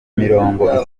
mirongo